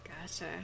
Gotcha